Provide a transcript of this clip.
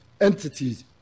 entities